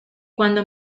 cuando